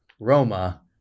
roma